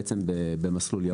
בעצם במסלול ירוק.